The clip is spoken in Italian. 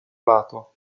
lato